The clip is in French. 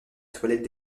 toilette